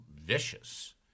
vicious